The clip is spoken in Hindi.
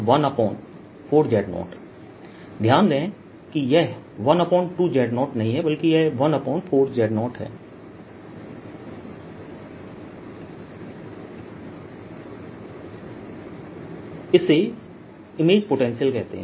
F 14π0q24z2z Vz014π0q2z014z2dz q24π014z0 V0 लेने पर इसे इमेज पोटेंशियल कहते हैं